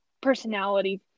personality